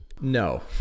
No